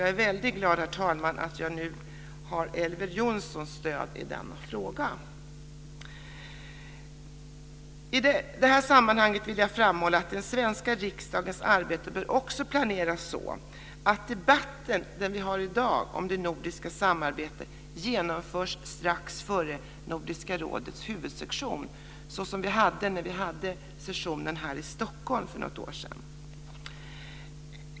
Jag är väldigt glad att jag nu har Elver Jonssons stöd i denna fråga, herr talman. I det här sammanhanget vill jag framhålla att den svenska riksdagens arbete också bör planeras så att den debatt som vi har i dag om det nordiska samarbetet genomförs strax före Nordiska rådets huvudsession, såsom vi hade när vi hade sessionen här i Stockholm för något år sedan.